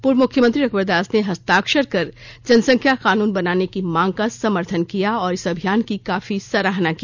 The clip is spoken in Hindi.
पूर्व मुख्यमंत्री रघुवर दास ने हस्ताक्षर कर जनसंख्या कानून बनाने की मांग का समर्थन किया और इस अभियान की काफी सराहना की